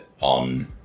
on